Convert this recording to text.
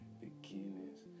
beginnings